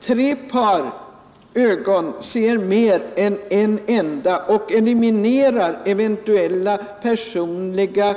Tre par ögon ser ändock mer än ett par, och under sådana förhållanden skulle man kunna eliminera eventuella personliga